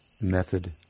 method